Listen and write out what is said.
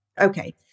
Okay